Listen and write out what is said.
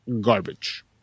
garbage